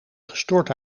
gestort